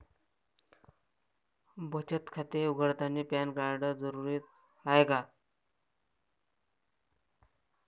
बचत खाते उघडतानी पॅन कार्ड जरुरीच हाय का?